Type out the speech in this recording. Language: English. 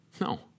No